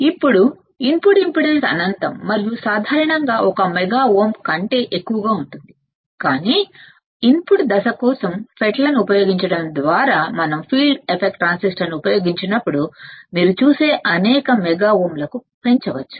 ఇప్పుడు input impedance అనంతం మరియు సాధారణంగా ఒక మెగా ఓం కంటే ఎక్కువగా ఉంటుంది కాని ఇన్పుట్ దశ కోసం FET లను ఉపయోగించడం ద్వారా మనం ఫీల్డ్ ఎఫెక్ట్ ట్రాన్సిస్టర్ని ఉపయోగించినప్పుడు మీరు చూసే అనేక మెగా ఓమ్లకు పెంచవచ్చు